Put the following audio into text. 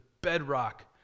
bedrock